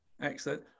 Excellent